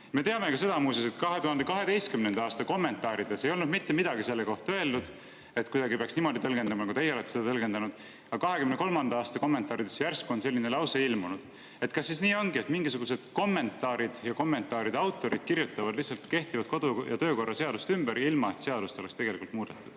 teame ka seda, muuseas, et 2012. aasta kommentaarides ei olnud mitte midagi selle kohta öeldud, et peaks kuidagi niimoodi tõlgendama, kui teie olete seda tõlgendanud. Aga 2023. aasta kommentaaridesse järsku on selline lause ilmunud. Kas siis nii ongi, et mingisugused kommentaarid, kommentaaride autorid kirjutavad lihtsalt kehtivat kodu- ja töökorra seadust ümber, ilma et seadust oleks tegelikult muudetud?